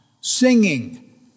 singing